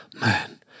man